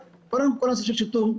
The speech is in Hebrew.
קודם כל הנושא של השיטור,